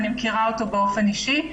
אני מכירה אותו באופן אישי.